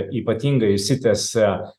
ypatingai išsitęsia